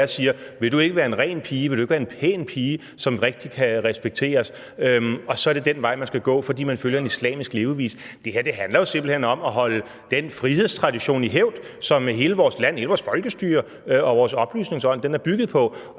spurgt: Vil du ikke være en ren pige, vil du ikke være en pæn pige, som kan blive rigtig respekteret? Og så er det den vej, pigen skal gå, fordi man følger en islamisk levevis. Det her handler jo simpelt hen om at holde den frihedstradition i hævd, som hele vores land, hele vores folkestyre og vores oplysningsånd er bygget på.